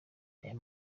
aya